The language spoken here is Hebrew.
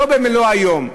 כלומר לא במלוא היום,